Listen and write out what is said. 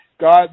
God